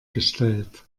gestellt